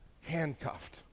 handcuffed